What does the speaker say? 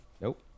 Nope